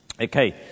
Okay